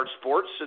Sports